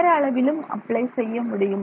நேர அளவிலும் அப்ளை செய்ய முடியும்